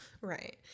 Right